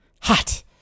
hot